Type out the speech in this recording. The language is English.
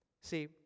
See